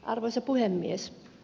arvoisa puhemies